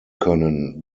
können